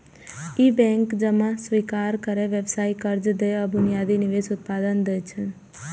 ई bank जमा स्वीकार करै, व्यावसायिक कर्ज दै आ बुनियादी निवेश उत्पाद दै छै